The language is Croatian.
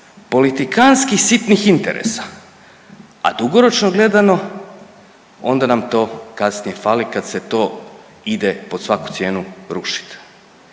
politikantskih sitnih interesa, a dugoročno gledano onda nam to kasnije fali kad se to ide pod svaku cijenu rušiti.